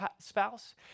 spouse